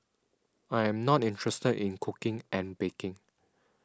I am not interested in cooking and baking